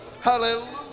hallelujah